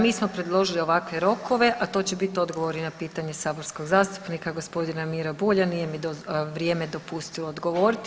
Mi smo predložili ovakve rokove, a to će biti odgovori na pitanje saborskog zastupnika gospodina Mira Bulja, nije mi vrijeme dopustilo odgovoriti.